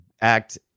act